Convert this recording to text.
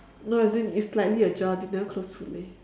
no as in it's slightly ajar they never close fully